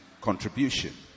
contribution